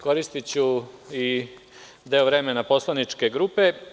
Koristiću i deo vremena poslaničke grupe.